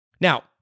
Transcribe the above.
Now